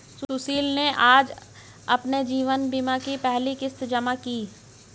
सुशील ने आज अपने जीवन बीमा की पहली किश्त जमा की